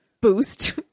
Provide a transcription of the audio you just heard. boost